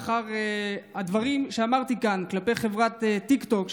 לאחר הדברים שאמרתי כאן כלפי חברת טיקטוק,